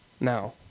now